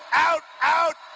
out out!